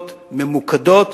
נקודתיות ממוקדות,